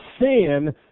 sin